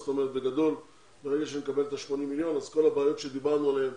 זאת אומרת בגדול ברגע שנקבל את ה-80 מיליון אז כל הבעיות שדיברנו עליהן